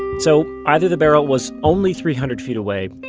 so either the barrel was only three hundred feet away,